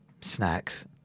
snacks